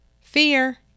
Fear